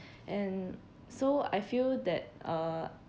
and so I feel that uh